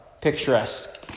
picturesque